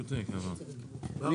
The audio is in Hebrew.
אני